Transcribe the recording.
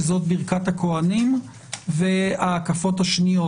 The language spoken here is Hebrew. שזה ברכת הכוהנים וההקפות השניות,